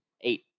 eight